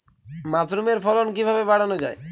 মাসরুমের ফলন কিভাবে বাড়ানো যায়?